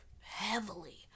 heavily